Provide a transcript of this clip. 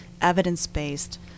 evidence-based